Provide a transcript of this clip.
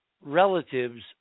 relatives